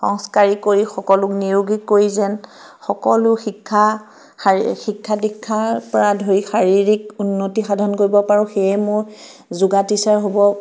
সংস্কাৰী কৰি সকলোক নিৰোগী কৰি যেন সকলো শিক্ষা শাৰী শিক্ষা দিক্ষাৰ পৰা ধৰি শাৰীৰিক উন্নতি সাধন কৰিব পাৰোঁ সেয়ে মোৰ যোগা টিচাৰ হ'ব